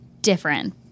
different